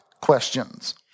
questions